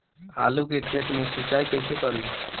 आलू के खेत मे सिचाई कइसे करीं?